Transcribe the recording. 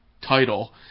title